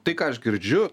tai ką aš girdžiu